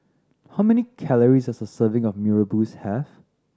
how many calories does a serving of Mee Rebus have